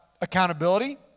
accountability